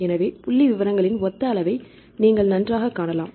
எனவே புள்ளிவிவரங்களின் ஒத்த அளவை நீங்கள் நன்றாகக் காணலாம்